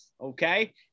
Okay